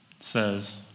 says